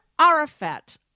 Arafat